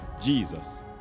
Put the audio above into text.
Jesus